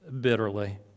bitterly